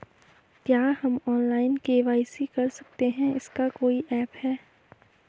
क्या हम online KYC कर सकते हैं इसका कोई ऐप है?